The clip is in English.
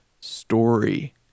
story